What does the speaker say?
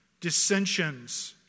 dissensions